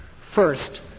First